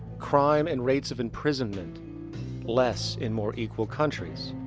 crime and rates of imprisonment less in more equal countries.